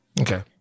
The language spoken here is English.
Okay